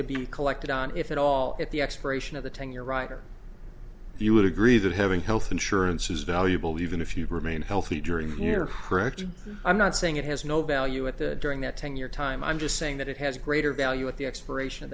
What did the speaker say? to be collected on if at all at the expiration of the ten year writer if you would agree that having health insurance is valuable even if you remain healthy during your crack to i'm not saying it has no value at the during that ten year time i'm just saying that it has greater value at the expiration